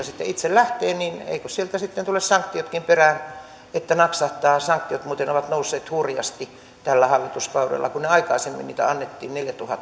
sitten itse lähtee niin eikö sieltä sitten tule sanktiotkin perään niin että napsahtaa sanktiot ovat muuten nousseet hurjasti tällä hallituskaudella kun aikaisemmin niitä annettiin